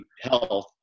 Health